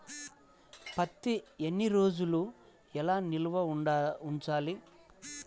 పత్తి ఎన్ని రోజులు ఎలా నిల్వ ఉంచాలి?